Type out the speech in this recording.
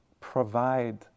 provide